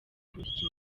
buryo